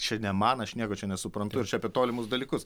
čia ne man aš nieko čia nesuprantu ir čia apie tolimus dalykus